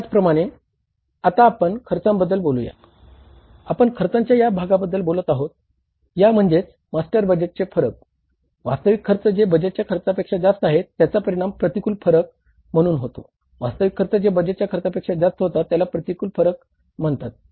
त्याचप्रमाणे आता आपण खर्चांबद्दल बोलूया आपण खर्चाच्या या भागाबद्दल बोलत आहोत या म्हणजेच मास्टर बजेटचे फरक म्हणतात